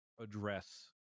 address